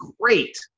great